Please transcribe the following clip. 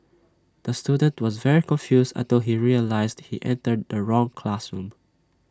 the student was very confused until he realised he entered the wrong classroom